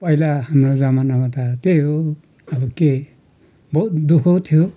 पहिला हाम्रो जमानामा त त्यही हो अब के बहुत दु ख थियो